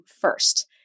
first